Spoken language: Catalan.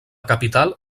capital